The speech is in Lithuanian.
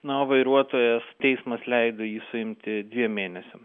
na o vairuotojas teismas leido jį suimti dviem mėnesiam